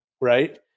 right